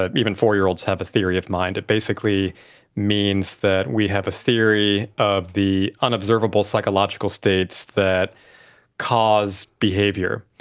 ah even four-year-olds have a theory of mind. it basically means that we have a theory of the unobservable psychological states that cause behaviour.